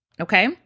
okay